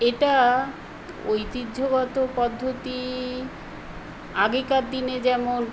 এটা ঐতিহ্যগত পদ্ধতি আগেকার দিনে যেমন